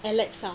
alexa